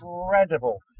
incredible